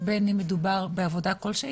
בין אם מדובר בעבודה כלשהי.